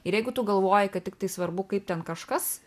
ir jeigu tu galvoji kad tiktai svarbu kaip ten kažkas